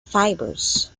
fibers